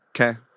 okay